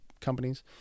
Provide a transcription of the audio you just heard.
companies